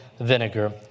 vinegar